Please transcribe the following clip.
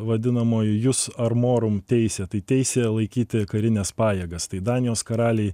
vadinamoji jus armorum teisė tai teisė laikyti karines pajėgas tai danijos karaliai